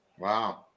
Wow